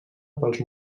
pels